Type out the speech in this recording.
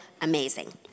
amazing